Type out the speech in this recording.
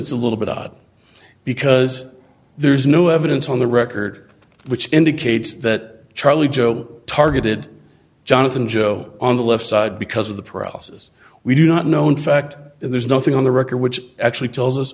it's a little bit odd because there's no evidence on the record which indicates that charlie joe targeted jonathan joe on the left side because of the process we do not know in fact there's nothing on the record which actually tells us